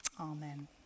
Amen